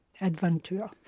adventure